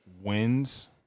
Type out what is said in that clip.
wins